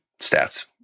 stats